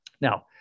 Now